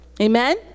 Amen